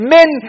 Men